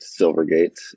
Silvergate